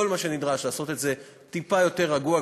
כל מה שנדרש לעשות את זה טיפה יותר רגוע,